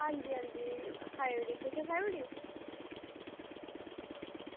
आं जी आं जी खाई ओड़ी तुसें खाई ओड़ी